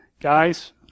guys